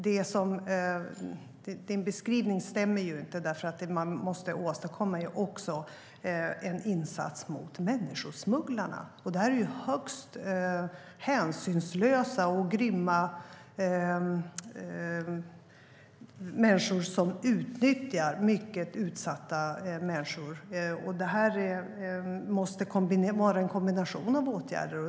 Désirée Pethrus beskrivning stämmer inte. Det som måste åstadkommas är också en insats mot människosmugglarna. Det är högst hänsynslösa och grymma smugglare som utnyttjar mycket utsatta människor, och det måste vara fråga om en kombination av åtgärder.